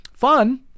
fun